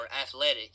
athletic